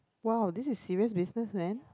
!wow! this is serious business man